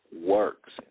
works